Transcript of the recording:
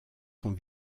son